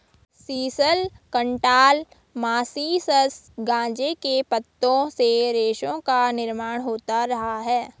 sisal, cantala, Mauritius गांजे के पत्तों से रेशों का निर्माण होता रहा है